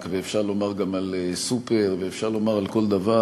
ואפשר לומר גם על סופר ואפשר לומר על כל דבר.